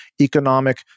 economic